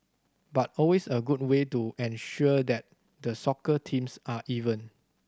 but always a good way to ensure that the soccer teams are even